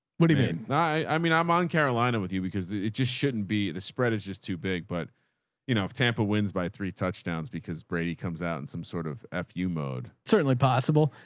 what do you mean? i mean, i'm on carolina with you because it just shouldn't be, the spread is just too big, but you know, tampa wins by three touchdowns because brady comes out in some sort of ah faq mode, certainly possible.